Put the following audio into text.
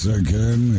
again